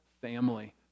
family